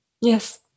Yes